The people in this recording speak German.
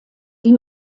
die